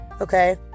Okay